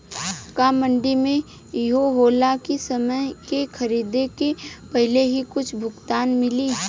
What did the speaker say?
का मंडी में इहो होला की फसल के खरीदे के पहिले ही कुछ भुगतान मिले?